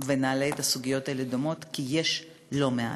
ונעלה את הסוגיות האלה, ודומות, כי יש לא מעט.